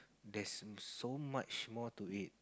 there's so much more to it